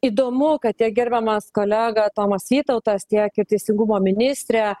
įdomu kad tiek gerbiamas kolega tomas vytautas tiek ir teisingumo ministrė